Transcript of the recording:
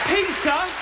Peter